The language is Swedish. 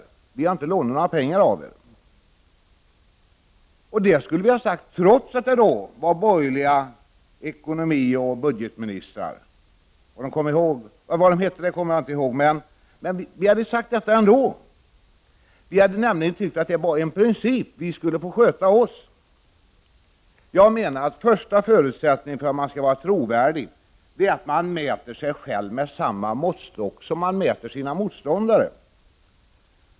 Vi har inte lånat någrå pengar av er. Detta skulle vi ha sagt trots att det vi det tillfället var borgerliga budgetoch ekonomiministrar. Vi hade nämligen tyckt att det var en principsak att vi skulle få sköta oss själva. Första förutsättningen för att man skall bli trovärdig är att man mäter sig själv med samma måttstock som man mäter sina motståndare.